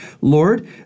Lord